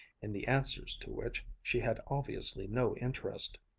in the answers to which she had obviously no interest.